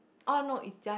oh no it's just